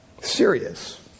serious